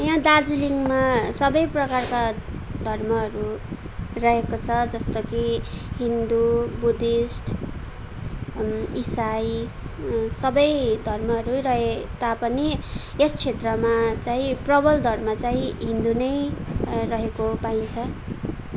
यहाँ दार्जिलिङमा सबै प्रकारका धर्महरू रहेको छ जस्तो कि हिन्दू बुद्धिस्ट इसाई सबै धर्महरू रहे तापनि यस क्षेत्रमा चाहिँ प्रबल धर्म चाहिँ हिन्दू नै रहेको पाइन्छ